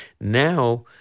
now